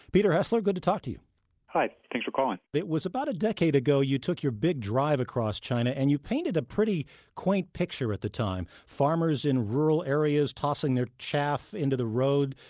peter hessler, good to talk to you hi, thanks for calling it was about a decade ago you took your big drive across china and you painted a pretty quaint picture at the time farmers in rural areas tossing their chaff into their road,